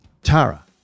Tara